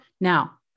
now